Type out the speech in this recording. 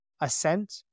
assent